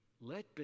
Let